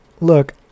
look